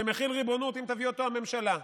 שמחיל ריבונות אם תביא אותו הממשלה.